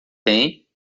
tem